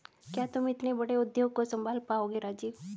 क्या तुम इतने बड़े उद्योग को संभाल पाओगे राजीव?